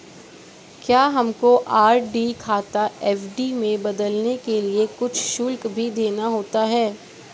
क्या हमको आर.डी खाता एफ.डी में बदलने के लिए कुछ शुल्क भी देना होता है?